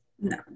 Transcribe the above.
No